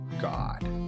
God